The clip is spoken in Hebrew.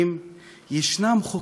ישנם חוקים נאציים.